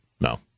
No